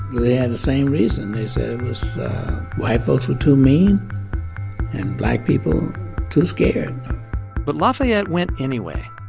they had the same reason. they said it was white folks were too mean and black people too scared but lafayette went anyway.